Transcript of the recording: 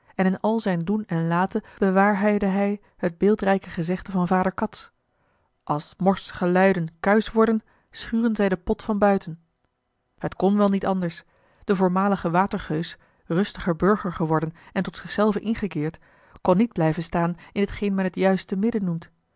en in al zijn doen en laten bewaarheidde hij het beeldrijke gezegde van vader cats als morsige luiden kuisch worden schuren zij den pot van buiten het kon wel niet anders de voormalige watergeus rustig burger geworden en tot zich zelven ingekeerd kon niet blijven staan in t geen men het juiste midden noemt